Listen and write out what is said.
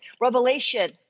Revelation